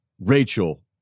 Rachel